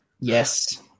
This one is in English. Yes